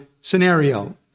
scenario